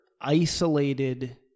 isolated